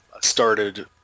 started